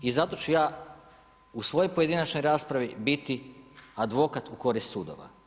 I zato ću ja u svojoj pojedinačnoj raspravi biti advokat u korist sudova.